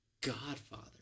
godfather